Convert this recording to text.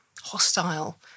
hostile